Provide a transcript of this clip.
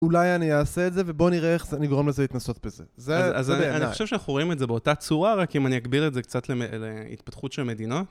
אולי אני אעשה את זה, ובואו נראה איך אני אגרום לזה להתנסות בזה. זה בעיניי. אני חושב שאנחנו רואים את זה באותה צורה, רק אם אני אגביר את זה קצת להתפתחות של המדינה.